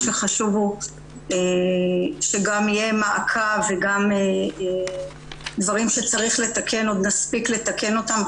מה שחשוב הוא שגם יהיה מעקב וגם דברים שצריך לתקן עוד נספיק לתקן אותם.